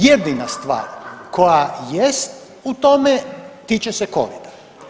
Jedina stvar koja jest u tome tiče se covida.